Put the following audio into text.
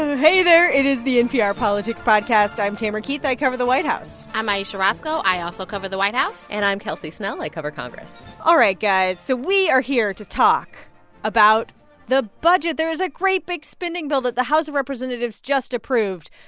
hey, there. it is the npr politics podcast. i'm tamara keith. i cover the white house i'm ayesha rascoe. i also cover the white house and i'm kelsey snell. i cover congress all right, guys. so we are here to talk about the budget. there is a great, big spending bill that the house of representatives just approved.